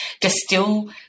distill